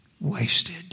Wasted